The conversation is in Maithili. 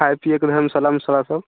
खाइ पिएके धर्मशालामे सुविधासब